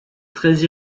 très